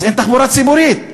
אז אין תחבורה ציבורית,